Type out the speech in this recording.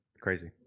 crazy